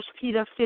Peter